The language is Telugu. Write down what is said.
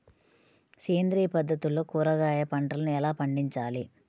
సేంద్రియ పద్ధతుల్లో కూరగాయ పంటలను ఎలా పండించాలి?